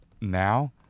now